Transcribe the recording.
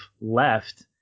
left